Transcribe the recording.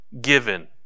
given